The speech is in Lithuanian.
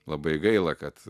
labai gaila kad